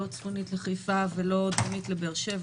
לא צפונית לחיפה ולא דרומית לבאר שבע,